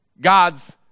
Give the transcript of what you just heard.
God's